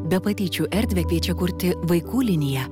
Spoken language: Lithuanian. be patyčių erdvę kviečia kurti vaikų liniją